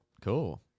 Cool